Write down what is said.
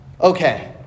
Okay